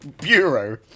bureau